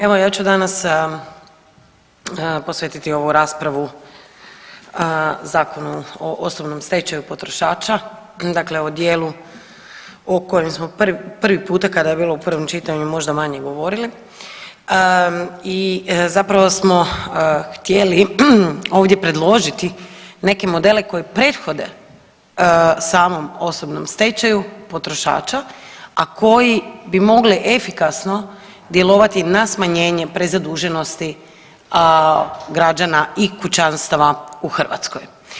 Evo ja ću danas posvetiti ovu raspravu Zakonu o osobnom stečaju potrošača, dakle o dijelu o kojem smo prvi puta kada je bilo u prvom čitanju možda manje govorili i zapravo smo htjeli ovdje predložiti neke modele koji prethode samom osobnom stečaju potrošača, a koji bi mogli efikasno djelovati na smanjenje prezaduženosti građana i kućanstava u Hrvatskoj.